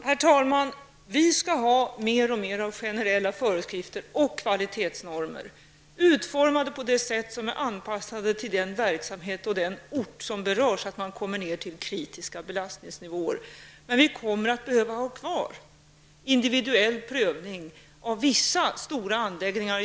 Herr talman! Vi skall ha mer och mer av generella föreskrifter och kvalitetsnormer utformade på ett sådant sätt att de är anpassade till den verksamhet och den ort som berörs så att man kommer ned till kritiska belastningsnivåer. Men vi kommer att behöva ha kvar individuell prövning av vissa stora anläggningar.